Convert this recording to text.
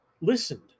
listened